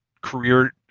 career